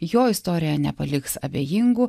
jo istorija nepaliks abejingų